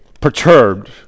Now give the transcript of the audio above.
perturbed